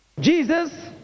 Jesus